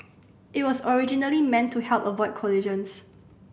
it was originally meant to help avoid collisions